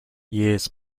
years